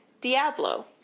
Diablo